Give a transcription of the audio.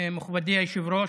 מכובדי היושב-ראש,